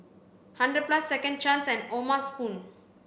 hundred plus Second Chance and O'ma spoon